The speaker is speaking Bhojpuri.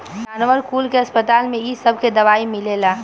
जानवर कुल के अस्पताल में इ सबके दवाई मिलेला